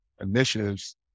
initiatives